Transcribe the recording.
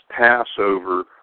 Passover